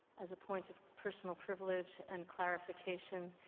as a point of personal privilege and clarification,